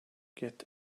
get